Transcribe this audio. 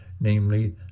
namely